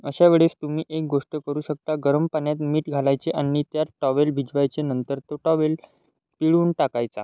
अशावेळेस तुम्ही एक गोष्ट करू शकता गरम पाण्यात मीठ घालायचे आणि त्यात टॉवेल भिजवायचे नंतर तो टॉवेल पिळून टाकायचा